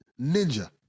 ninja